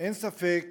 אין ספק